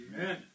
Amen